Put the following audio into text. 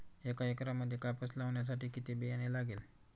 एका एकरामध्ये कापूस लावण्यासाठी किती बियाणे लागेल?